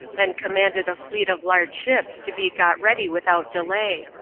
and commanded a fleet of large ships to be got ready without delay.